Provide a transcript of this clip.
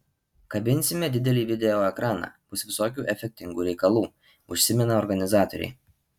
kabinsime didelį video ekraną bus visokių efektingų reikalų užsimena organizatoriai